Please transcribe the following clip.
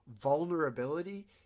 vulnerability